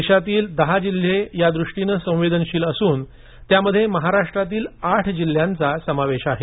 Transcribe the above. देशातील दहा जिल्हे या दृष्टीनं संवेदनशील असून त्यामध्ये महाराष्ट्रातील आठ जिल्ह्यांचा समावेश आहे